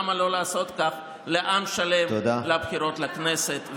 למה לא לעשות כך לעם שלם בבחירות לכנסת?